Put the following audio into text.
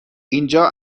اینجا